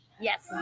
Yes